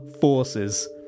forces